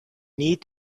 need